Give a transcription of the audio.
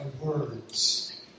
words